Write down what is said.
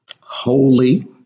holy